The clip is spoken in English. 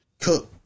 Cook